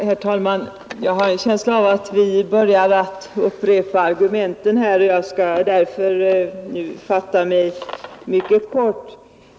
Herr talman! Jag har en känsla av att vi börjar att upprepa argumenten, och jag skall därför fatta mig mycket kort.